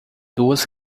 duas